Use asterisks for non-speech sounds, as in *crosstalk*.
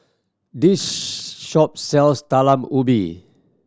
this *hesitation* shop sells Talam Ubi